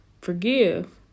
forgive